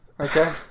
Okay